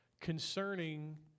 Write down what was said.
concerning